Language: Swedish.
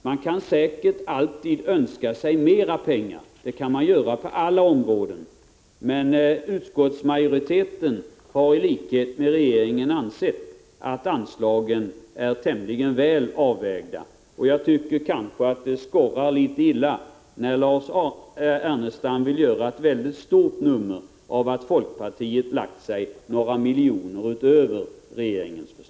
Man kan säkert alltid önska sig mer pengar — det gäller på alla områden — men utskottsmajoriteten har, i likhet med regeringen, ansett att anslagen är tämligen väl avvägda. Jag tycker nog att det skorrar litet illa när Lars Ernestam vill göra ett mycket stort nummer av att folkpartiet lagt sitt förslag några miljoner över regeringens.